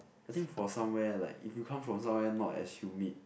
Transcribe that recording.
I think for somewhere like if you come from somewhere not as humid